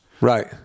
Right